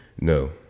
no